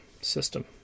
system